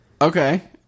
Okay